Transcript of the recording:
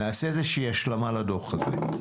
נעשה איזושהי השלמה לדוח הזה.